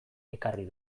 ekarri